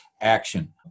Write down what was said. action